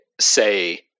say